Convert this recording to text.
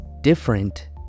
different